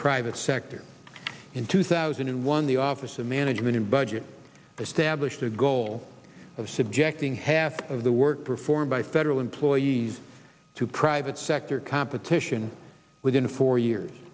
private sector in two thousand and one the office of management and budget the stablished a goal of subjecting half of the work performed by federal employees to private sector competition within four years